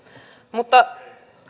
mutta